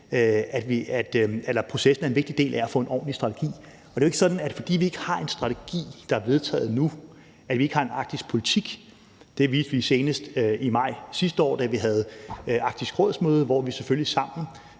processen er en vigtig del af at få en ordentlig strategi. Og det er jo ikke sådan, at fordi vi ikke har en strategi, der er vedtaget endnu, har vi ikke en arktispolitik. Det viste vi senest i maj sidste år, da vi havde møde i Arktisk Råd, hvor vi selvfølgelig sammen